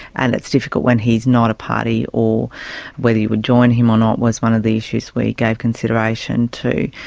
and it's difficult when he is not a party or whether you would join him or not was one of the issues we gave consideration too.